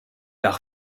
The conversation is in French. par